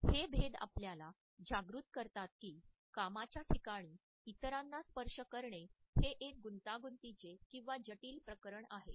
हे भेद आपल्याला जागृत करतात की कामाच्या ठिकाणी इतराना स्पर्श करणे हे एक गुंतागुंतीचे किंवा जटिल प्रकरण आहे